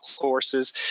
courses